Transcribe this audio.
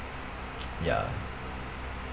ya